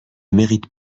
méritent